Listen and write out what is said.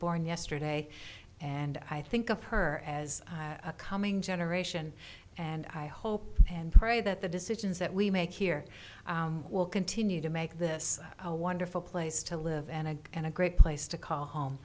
born yesterday and i think of her as a coming generation and i hope and pray that the decisions that we make here will continue to make this a wonderful place to live and again a great place to call home